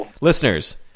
Listeners